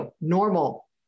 normal